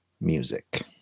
music